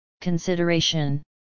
Consideration